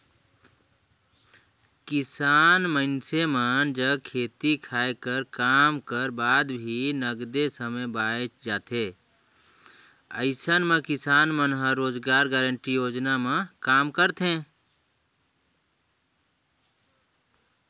किसान मइनसे मन जग खेती खायर कर काम कर बाद भी नगदे समे बाएच जाथे अइसन म किसान मन ह रोजगार गांरटी योजना म काम करथे